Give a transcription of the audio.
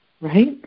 right